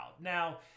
Now